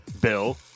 Bill